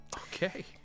Okay